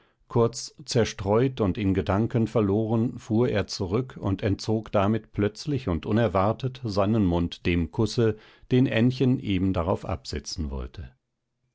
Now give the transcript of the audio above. kurz zerstreut und in gedanken verloren fuhr er zurück und entzog damit plötzlich und unerwartet seinen mund dem kusse den ännchen eben darauf absetzen wollte